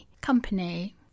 company